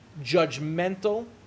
judgmental